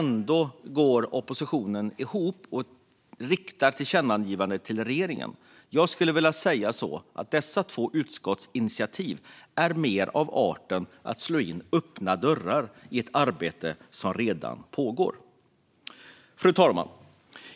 Ändå går oppositionen ihop och föreslår ett tillkännagivande till regeringen. Jag skulle vilja säga att dessa två utskottsinitiativ lite grann slår in öppna dörrar i ett arbete som redan pågår. Fru talman!